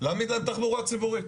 להעמיד להם תחבורה ציבורית.